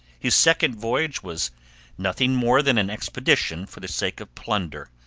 his second voyage was nothing more than an expedition for the sake of plunder.